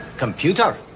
computer.